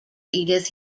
edith